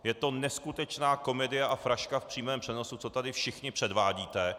Je to neskutečná komedie a fraška v přímém přenosu, co tady všichni předvádíte.